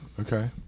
Okay